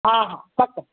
हा हा